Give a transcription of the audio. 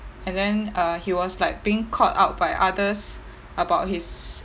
and then uh he was like being called out by others about his